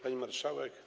Pani Marszałek!